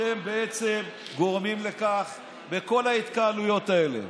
אתם בעצם גורמים לכך בכל ההתקהלויות האלה.